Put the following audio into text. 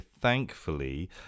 thankfully